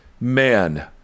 man